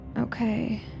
Okay